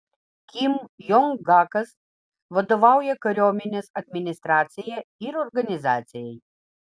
kim jong gakas vadovauja kariuomenės administracija ir organizacijai